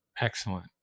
Excellent